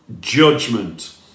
judgment